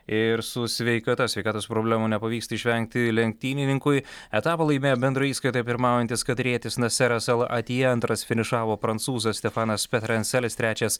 ir su sveikata sveikatos problemų nepavyksta išvengti lenktynininkui etapą laimėjo bendroje įskaitoje pirmaujantis katarietis naseras al atyja antras finišavo prancūzas stefanas petrancelis trečias